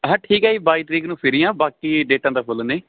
ਹਾਂ ਠੀਕ ਹੈ ਜੀ ਬਾਈ ਤਰੀਕ ਨੂੰ ਫਰੀ ਹਾਂ ਬਾਕੀ ਡੇਟਾਂ ਤਾਂ ਫੁੱਲ ਨੇ